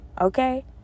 Okay